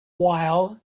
while